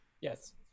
Yes